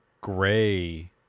Gray